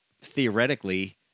theoretically –